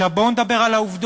עכשיו, בואו נדבר על העובדות.